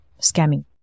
scamming